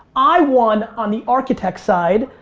i won on the architect side.